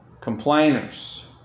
complainers